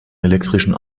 elektrischen